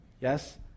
Yes